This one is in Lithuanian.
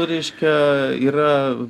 reiškia yra